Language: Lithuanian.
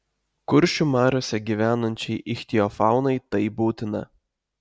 kuršių mariose gyvenančiai ichtiofaunai tai būtina